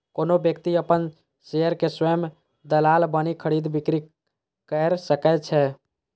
कोनो व्यक्ति अपन शेयर के स्वयं दलाल बनि खरीद, बिक्री कैर सकै छै